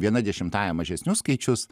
viena dešimtąja mažesnius skaičius